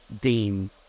Dean